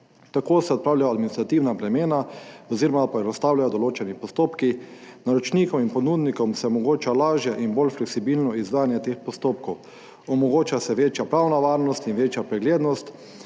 Tako se odpravljajo administrativna bremena oziroma poenostavljajo določeni postopki, naročnikom in ponudnikom se omogoča lažje in bolj fleksibilno izvajanje teh postopkov, omogoča se večja pravna varnost in večja preglednost